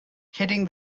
hitting